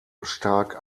stark